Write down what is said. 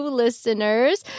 listeners